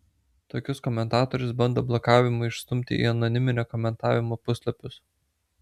tokius komentatorius bando blokavimu išstumti į anoniminio komentavimo puslapius